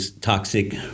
toxic